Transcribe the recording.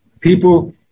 People